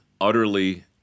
utterly